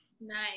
Nice